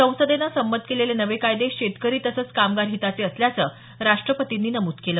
संसदेनं संमत केलेले नवे कायदे शेतकरी तसंच कामगार हिताचे असल्याचं राष्ट्रपतींनी नमूद केल